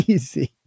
Easy